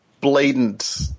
blatant